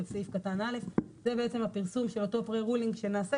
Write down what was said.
של סעיף קטן (א)." זה בעצם הפרסום של אותו pre-ruling שנעשה